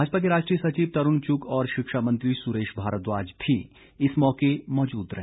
भाजपा के राष्ट्रीय सचिव तरुण चुग और शिक्षा मंत्री सुरेश भारद्वाज भी इस मौके मौजूद रहे